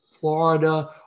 Florida